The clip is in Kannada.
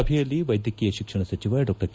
ಸಭೆಯಲ್ಲಿ ವೈದ್ಯಕೀಯ ಶಿಕ್ಷಣ ಸಚಿವ ಡಾ ಕೆ